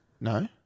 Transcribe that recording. No